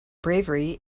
bravery